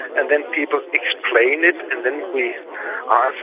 and then people explain it, and then we ah